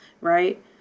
right